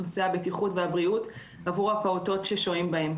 את נושא הבטיחות והבריאות עבור הפעוטות ששוהים במקום.